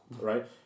Right